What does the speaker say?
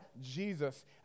Jesus